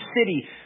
city